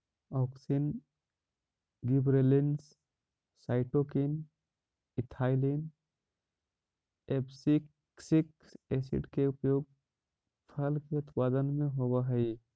auxin, gibberellins, cytokinin, ethylene, abscisic acid के उपयोग फल के उत्पादन में होवऽ हई